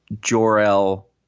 Jor-El